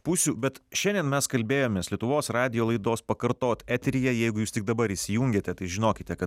pusių bet šiandien mes kalbėjomės lietuvos radijo laidos pakartot eteryje jeigu jūs tik dabar įsijungėte tai žinokite kad